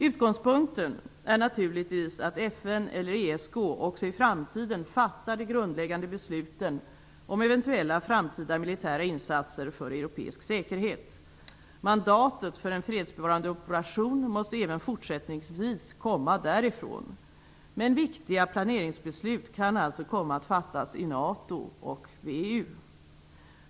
Utgångspunkten är naturligtvis att FN eller ESK också i framtiden fattar de grundläggande besluten om eventuella framtida militära insatser för europeisk säkerhet. Mandatet för en fredsbevarande operation måste även fortsättningsvis komma därifrån. Men viktiga planeringsbeslut kan alltså komma att fattas i NATO och VEU.